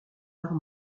arts